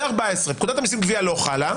זה 14 פקודת המיסים (גבייה) לא חלה,